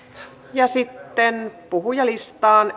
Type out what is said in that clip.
ja sitten puhujalistaan